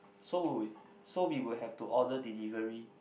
so when we so we will have to order delivery